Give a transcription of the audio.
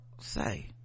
say